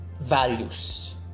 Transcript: Values